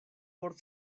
por